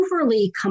overly